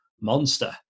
monster